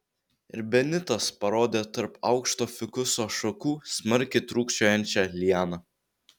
ir benitas parodė tarp aukšto fikuso šakų smarkiai trūkčiojančią lianą